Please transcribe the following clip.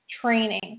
training